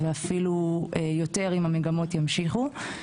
ואפילו יותר אם המגמות ימשיכו.